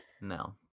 No